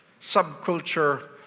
subculture